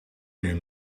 neem